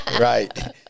Right